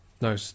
no